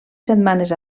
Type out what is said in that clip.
setmanes